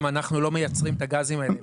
גם אנחנו לא מייצרים את הגזים האלה.